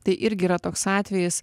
tai irgi yra toks atvejis